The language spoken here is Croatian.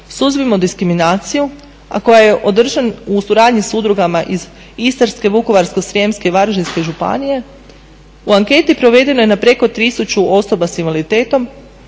suzbijmo diskriminaciju", a koji je održan u suradnji s udrugama iz Istarske, Vukovarsko-srijemske, Varaždinske županije, u anketi provedenoj na preko 1000 osoba s invaliditetom,